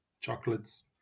chocolates